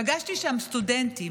פגשתי שם סטודנטים